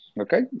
Okay